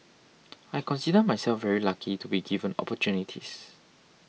I consider myself very lucky to be given opportunities